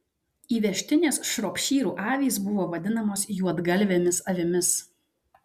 įvežtinės šropšyrų avys buvo vadinamos juodgalvėmis avimis